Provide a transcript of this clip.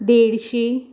देडशीं